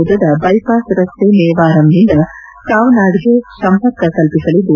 ಉದ್ದದ ಬೈಪಾಸ್ ರಸ್ತೆ ಮೇವಾರಂನಿಂದ ಕಾವ್ನಾಡ್ಗೆ ಸಂಪರ್ಕ ಕಲ್ಪಿಸಲಿದ್ದು